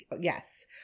Yes